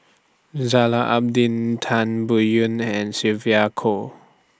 Zainal Abidin Tan Biyun and Sylvia Kho